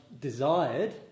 desired